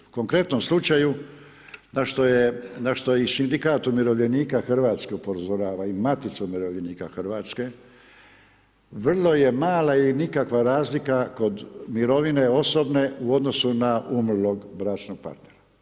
U konkretnom slučaju na što je i Sindikat umirovljenika Hrvatske upozorava i Matica umirovljenika Hrvatske vrlo je mala ili nikakva razlika kod mirovine osobne u odnosu na umrlog bračnog para.